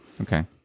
Okay